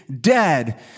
dead